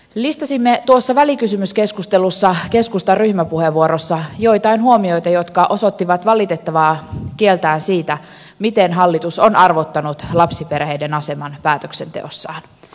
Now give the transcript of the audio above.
listasimme tuossa välikysymyskeskustelussa keskustan ryhmäpuheenvuorossa joitain huomioita jotka osoittivat valitettavaa kieltään siitä miten hallitus on arvottanut lapsiperheiden aseman päätöksenteossaan